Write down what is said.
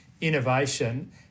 innovation